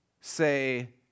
say